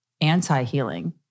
anti-healing